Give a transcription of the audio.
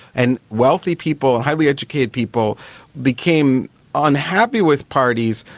and wealthy people, and highly educated people became unhappy with parties,